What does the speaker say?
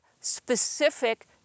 specific